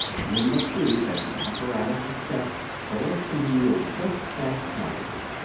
and he must see that the apparatus is set so as to yield just that quantity.